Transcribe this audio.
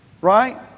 Right